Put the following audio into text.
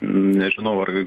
nežinau ar